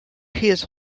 his